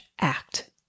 act